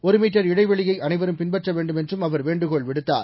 ஒரு மீட்டர் இடைவெளியை அனைவரும் பின்பற்ற வேண்டுமென்றும் அவர் வேண்டுகோள் விடுத்தார்